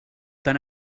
tan